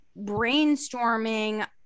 brainstorming